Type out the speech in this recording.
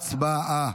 הצבעה.